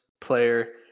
player